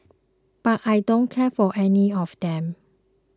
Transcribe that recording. but I don't care for any of them